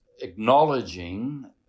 acknowledging